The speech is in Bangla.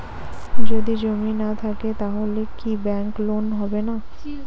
যদি জমি না থাকে তাহলে কি ব্যাংক লোন হবে না?